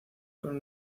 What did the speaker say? con